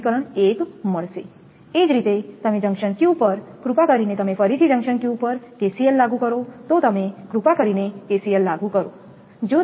સમીકરણ એ જ રીતે તમે જંકશન Q પર કૃપા કરીને તમે ફરીથી જંક્શન Q પર KCL લાગુ કરો તો તમે કૃપા કરીને KCL લાગુ કરો